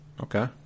okay